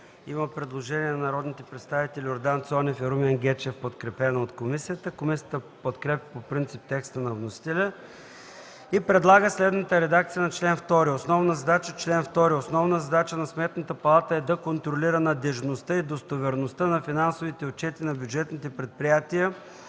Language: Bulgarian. Има предложение на народните представители Йордан Цонев и Румен Гечев. Комисията подкрепя предложението. Комисията подкрепя по принцип текста на вносителя и предлага следната редакция за чл. 2: „Основна задача Чл. 2. Основна задача на Сметната палата е да контролира надеждността и достоверността на финансовите отчети на бюджетните предприятия,